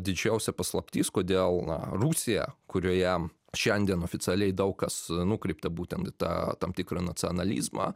didžiausia paslaptis kodėl na rusija kurioje šiandien oficialiai daug kas nukreipta būtent į tą tam tikrą nacionalizmą